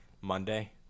Monday